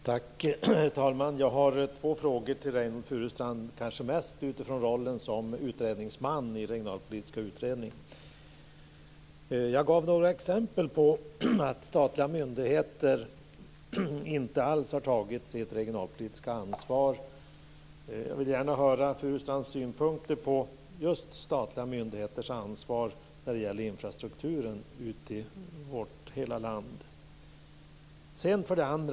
Herr talman! Jag har en fråga till Reynoldh Furustrand, kanske mest utifrån hans roll som utredningsman i Regionalpolitiska utredningen. Jag gav några exempel på att statliga myndigheter inte alls har tagit sitt regionalpolitiska ansvar och vill gärna höra Furustrands synpunkter på just statliga myndigheters ansvar när det gäller infrastrukturen i hela vårt land.